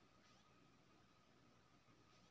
केतना मिल जेतै सर?